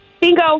Bingo